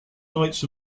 nights